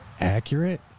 accurate